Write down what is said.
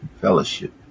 fellowship